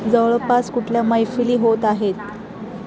जवळपास कुठल्या मैफिली होत आहेत